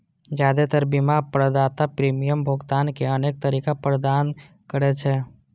जादेतर बीमा प्रदाता प्रीमियम भुगतान के अनेक तरीका प्रदान करै छै